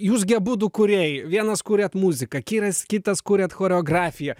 jūs gi abudu kūrėjai vienas kuriat muziką kiras kitas kuriat choreografiją